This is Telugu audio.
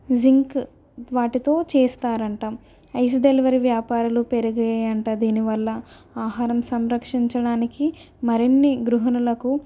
జింక్ వాటితో చేస్తారట ఐస్ డెలివరీ వ్యాపారాలు పెరిగాయట దీని వల్ల ఆహారం సంరక్షించడానికి మరిన్ని గృహిణులకు